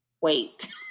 wait